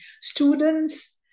students